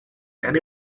and